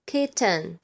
Kitten